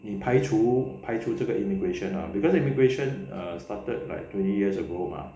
你排除排除这个 immigration ah because immigration err started like twenty years ago mah